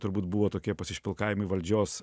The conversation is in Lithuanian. turbūt buvo tokie pasišpilkavimai valdžios